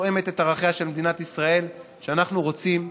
ותואמת את ערכיה של מדינת ישראל שאנחנו רוצים,